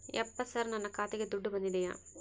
ಯಪ್ಪ ಸರ್ ನನ್ನ ಖಾತೆಗೆ ದುಡ್ಡು ಬಂದಿದೆಯ?